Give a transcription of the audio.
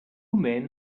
men